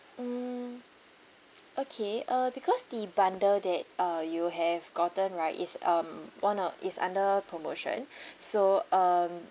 mm okay uh because the bundle that uh you have gotten right is um one of is under promotion so um